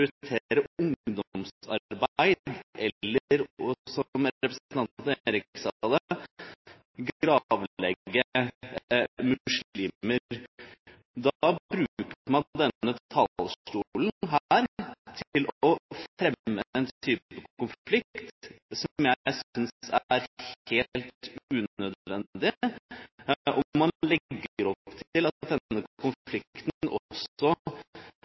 prioritere ungdomsarbeid, eller – som representanten Eriksen sa – gravlegge muslimer. Da bruker man denne talerstolen til å fremme en type konflikt som jeg synes er helt unødvendig, og man legger opp til at denne konflikten også